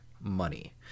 money